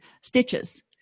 stitches